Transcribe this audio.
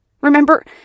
Remember